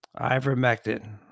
Ivermectin